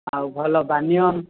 ଆଉ ଭଲ ବାନିଅନ୍